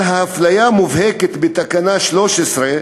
על האפליה המובהקת בתקנה 13,